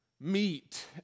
meet